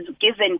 given